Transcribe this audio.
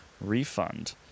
refund